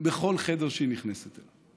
בכל חדר שהיא נכנסת אליו,